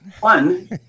one